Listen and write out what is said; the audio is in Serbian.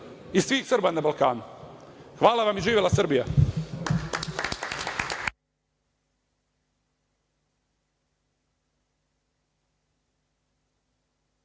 i svih Srba na Balkanu. Hvala i živela Srbija.